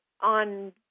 on